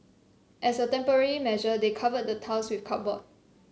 as a temporary measure they covered the tiles with cardboard